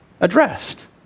addressed